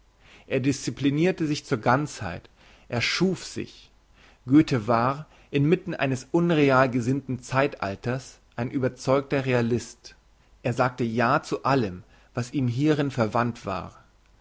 er disciplinirte sich zur ganzheit er schuf sich goethe war inmitten eines unreal gesinnten zeitalters ein überzeugter realist er sagte ja zu allem was ihm hierin verwandt war